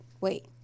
wait